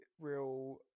real